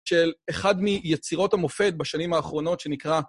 של אחד מיצירות המופת בשנים האחרונות שנקרא...